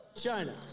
China